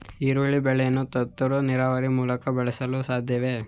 ಈರುಳ್ಳಿ ಬೆಳೆಯನ್ನು ತುಂತುರು ನೀರಾವರಿ ಮೂಲಕ ಬೆಳೆಸಲು ಸಾಧ್ಯವೇ?